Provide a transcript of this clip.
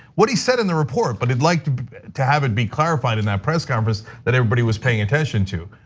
what he said in the report. but he'd like to to have it be clarified in that press conference that everybody was paying attention to.